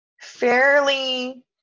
fairly